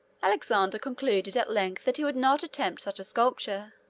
alexander concluded at length that he would not attempt such a sculpture.